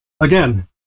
again